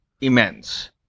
immense